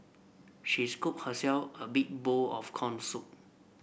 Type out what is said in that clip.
she scooped herself a big bowl of corn soup